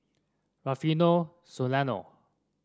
Rufino Soliano